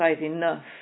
enough